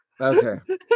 Okay